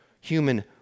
human